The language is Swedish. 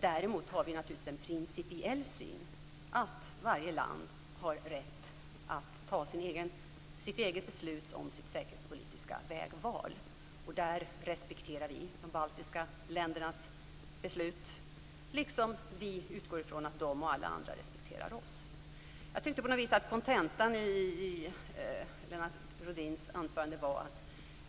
Däremot har vi naturligtvis en principiell syn, nämligen att varje land har rätt att ta sitt eget beslut om sitt säkerhetspolitiska vägval. Där respekterar vi de baltiska ländernas beslut, liksom vi utgår från att de och alla andra respekterar oss. På något vis var kontentan i Lennart Rohdins anförande en fråga